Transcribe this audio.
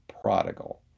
prodigal